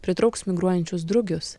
pritrauks migruojančius drugius